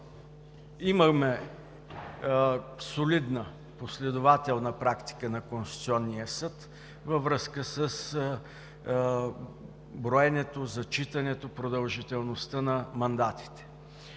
Имаме солидна, последователна практика на Конституционния съд във връзка с броенето, зачитането, продължителността на мандатите.